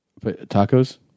Tacos